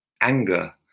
Anger